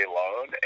loan